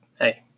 Hey